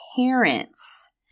parents